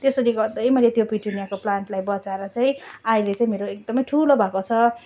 त्यसरी गर्दै मैले त्यो पिटोनियाको प्लान्टलाई बचाएर चाहिँ अहिले चाहिँ मेरो एकदमै ठुलो भएको छ